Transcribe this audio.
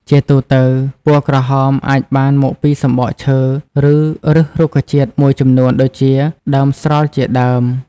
ជាទូទៅ ពណ៌ក្រហមអាចបានមកពីសំបកឈើឬឫសរុក្ខជាតិមួយចំនួនដូចជាដើមស្រល់ជាដើម។